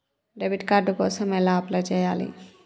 Debit card కోసం ఎలా apply చేయాలి?